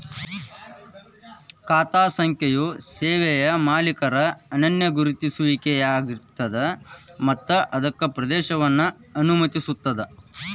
ಖಾತಾ ಸಂಖ್ಯೆಯು ಸೇವೆಯ ಮಾಲೇಕರ ಅನನ್ಯ ಗುರುತಿಸುವಿಕೆಯಾಗಿರ್ತದ ಮತ್ತ ಅದಕ್ಕ ಪ್ರವೇಶವನ್ನ ಅನುಮತಿಸುತ್ತದ